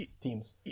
teams